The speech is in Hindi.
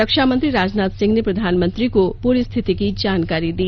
रक्षा मंत्री राजनाथ सिंह ने प्रधानमंत्री को पूरी स्थिति की जानकारी दी